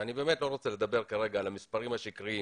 אני באמת לא רוצה לדבר כרגע על המספרים השקריים.